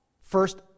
first